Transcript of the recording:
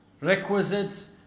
requisites